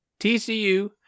TCU